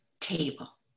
table